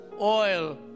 oil